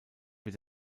wird